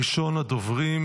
ראשון הדוברים,